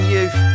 Youth